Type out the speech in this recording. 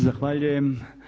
Zahvaljujem.